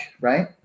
right